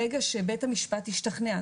ברגע שבית המשפט השתכנע,